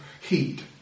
heat